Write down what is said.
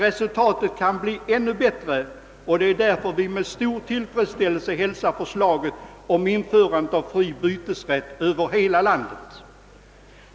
Resultatet kan dock bli ännu bättre, och det är därför vi med stor tillfredsställelse hälsar förslaget om införandet av fri bytesrätt över hela landet.